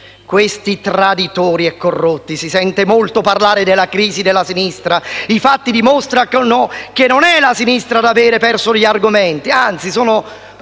questi traditori e corrotti. Si sente molto parlare della crisi della sinistra; i fatti dimostrano che non è la sinistra ad aver perso gli argomenti, anzi,